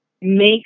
make